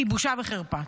היא בושה וחרפה.